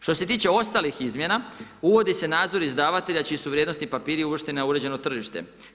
Što se tiče ostalih izmjena, uvodi se nadzor izdavatelja čiji su vrijednosni papiri uvršteni na uređeno tržište.